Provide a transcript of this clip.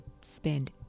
spend